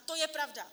To je pravda!